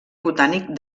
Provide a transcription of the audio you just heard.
botànic